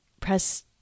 press